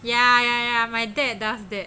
ya ya ya my dad does that